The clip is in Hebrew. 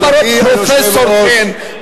למה רק פרופסור כן,